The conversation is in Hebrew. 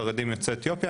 חרדים ויוצאי אתיופיה,